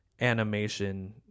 animation